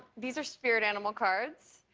these are spirit animal cards.